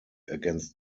against